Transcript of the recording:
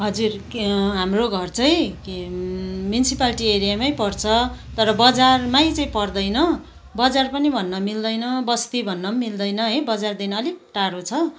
हजुर के हाम्रो घर चाहिँ के म्युनिसिपल्टी एरियामै पर्छ तर बजारमै चाहिँ पर्दैन बजार पनि भन्न मिल्दैन बस्ती भन्न पनि मिल्दैन है बजारदेखि अलिक टाढो छ